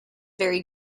vary